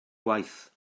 waith